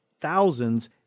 thousands